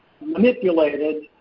manipulated